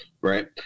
right